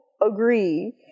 agree